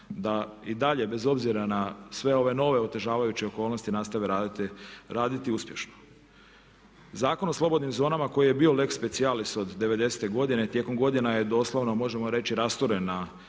da i dalje bez obzira na sve ove nove otežavajuće okolnosti nastave raditi uspješno. Zakon o slobodnim zonama koji je lex specialis od 90.te godine tijekom godina je doslovno možemo reći rasturan na